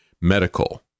medical